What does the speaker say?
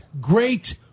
great